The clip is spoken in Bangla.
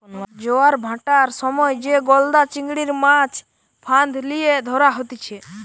জোয়ার ভাঁটার সময় যে গলদা চিংড়ির, মাছ ফাঁদ লিয়ে ধরা হতিছে